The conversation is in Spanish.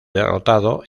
derrotado